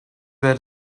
were